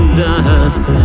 dust